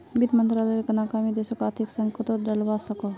वित मंत्रालायेर नाकामी देशोक आर्थिक संकतोत डलवा सकोह